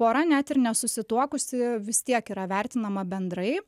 pora net ir nesusituokusi vis tiek yra vertinama bendrai